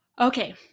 Okay